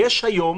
יש היום